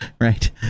Right